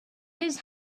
his